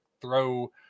throw